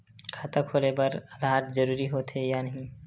खाता खोले बार आधार जरूरी हो थे या नहीं?